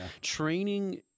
Training